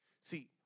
See